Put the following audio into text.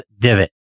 divot